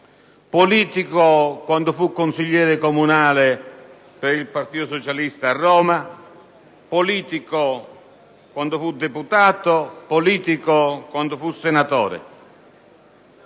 politico quando fu consigliere comunale per il Partito socialista a Roma; politico quando fu deputato; politico quando fu senatore.